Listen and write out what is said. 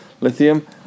Lithium